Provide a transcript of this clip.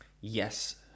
Yes